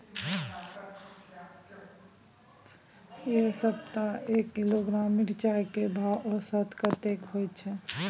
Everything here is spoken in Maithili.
ऐ सप्ताह एक किलोग्राम मिर्चाय के भाव औसत कतेक होय छै?